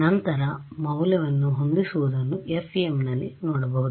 ನಂತರ ಮೌಲ್ಯವನ್ನು ಹೊಂದಿಸುವುದುನ್ನು FEMನಲ್ಲಿ ಮಾಡಬಹುದು